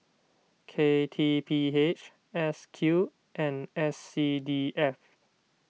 K T P H S Q and S C D F